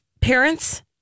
parents